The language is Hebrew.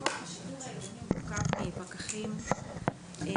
הרי כוח השיטור העירוני מורכב מפקחים ושוטרים,